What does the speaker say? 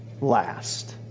last